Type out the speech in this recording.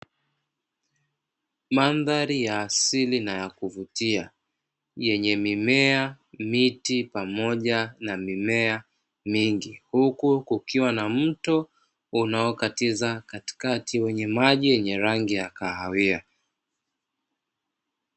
Mandhari ya asili na ya kuvutia, yenye mimea, miti pamoja na mimea mingi. Huku kukiwa na mto unaokatiza katikati wenye maji yenye rangi ya kahawia.